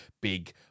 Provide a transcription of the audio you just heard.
big